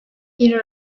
bir